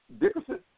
Dickerson